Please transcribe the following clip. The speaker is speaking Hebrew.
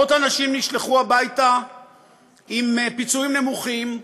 מאות אנשים נשלחו הביתה עם פיצויים נמוכים.